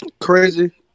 Crazy